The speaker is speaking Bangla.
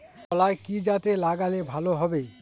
কলাই কি জাতে লাগালে ভালো হবে?